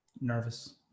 Nervous